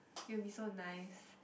it'll be so nice